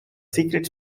secret